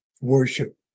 worship